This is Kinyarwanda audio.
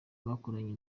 bakoranye